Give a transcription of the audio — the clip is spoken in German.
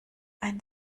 ein